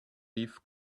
leaf